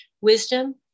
wisdom